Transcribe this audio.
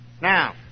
Now